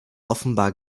offenbar